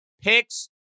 picks